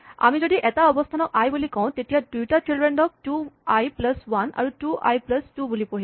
আমি যদি এটা অৱস্হানক আই বুলি কওঁ তেতিয়া দুয়োটা চিল্ড্ৰেনক টু আই প্লাছ ৱান আৰু টু আই প্লাছ টু বুলি পঢ়িব